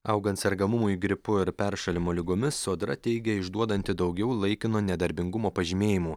augant sergamumui gripu ir peršalimo ligomis sodra teigia išduodanti daugiau laikino nedarbingumo pažymėjimų